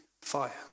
fire